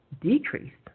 decreased